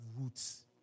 roots